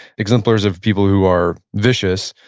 exemplars of people who are vicious.